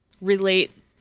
relate